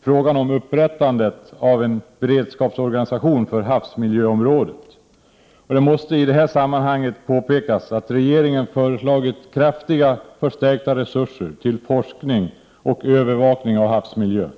frågan om upprättande av en beredskapsorganisation på havsmiljöområdet. Det måste i detta sammanhang påpekas att regeringen föreslagit kraftigt förstärkta resurser till forskning och övervakning av havsmiljön.